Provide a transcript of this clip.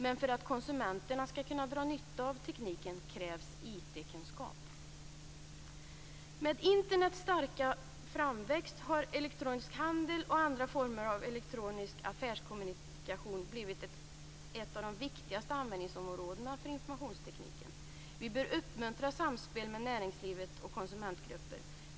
Men för att konsumenterna skall kunna dra nytta av tekniken krävs Med Internets starka framväxt har elektronisk handel och andra former av elektronisk affärskommunikation blivit ett av de viktigaste användningsområdena för informationsteknik. Vi bör uppmuntra samspel med näringslivet och konsumentgrupper.